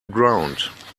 ground